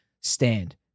stand